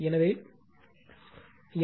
எனவே எல்